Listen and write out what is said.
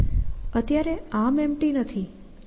અત્યારે ArmEmpty નથી